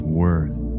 worth